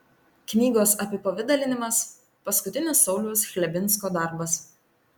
knygos apipavidalinimas paskutinis sauliaus chlebinsko darbas